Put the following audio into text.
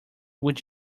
would